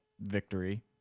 victory